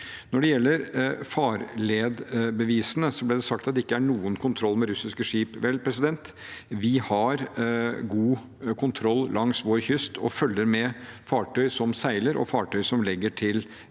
Når det gjelder farledsbevisene, ble det sagt at det ikke er noen kontroll med russiske skip. Vel, vi har god kontroll langs vår kyst og følger med på fartøy som seiler, og fartøy som legger til